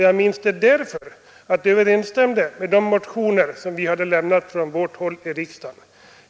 Jag minns detta därför att det överensstämde med de motioner, som vi lämnat från vårt håll i riksdagen.